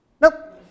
Nope